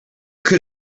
could